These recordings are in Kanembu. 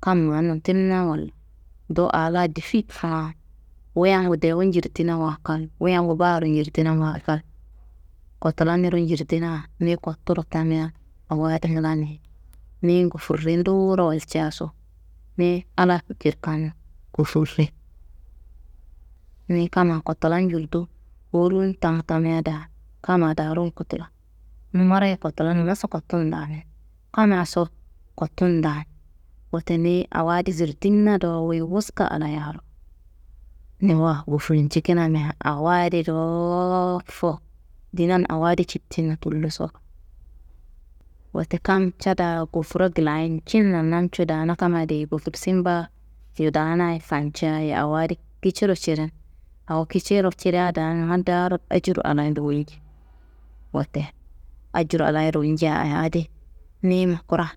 Kam ma notimina walla, do aa laa difi fa, wuyangu dewu njirdinawa kal, wuyangu baaro njirdinawa kal, kotula niro njirdina niyi kotturo tamia awo adi nglani, niyi ngofurre doworo walcaso, niyi Allah njirkan ngofurre, niyi kamma kotula njurdu kowurun tamu tamia daa kamma daaro kotula, nummaroye kotula, nummaso kottun damin, kammaso kottun daan. Wote niyi awo adi zirtimina do wuyi wuska Allahayaro niwa ngofurncikinamia awo adi dowofo dinan awo adi jittinna tulloso. Wote kam ca daa gofura glayincinnan namcu daana kam adi gofursin baa yudana ye fancea ye, awo adi kiciro cirin awo kiciro ciria daa numma daaro ajur Allahayi ruyi nji. Wote ajur Allahayi ruyi nja aa adi nima kura.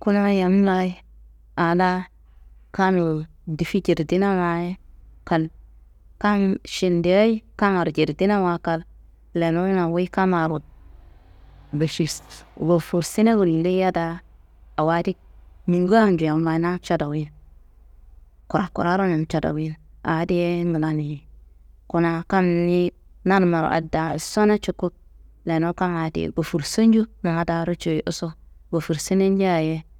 Kuna yam layi aa laa kammi difi jirdina wayi kal, kam šendeyayi kammaro jerdinawa kal, lenunna wuyi kammaro gofursine gullia daa awo adi nungaa nju yam laa namco doyin, kurakuraro namca doyin aa diye ngla ni. Kuna kam niyi nanummaro addaa sono cuku lenuwu kam adi gofurso nju numa daaro cuyi isu gofursenenjaye.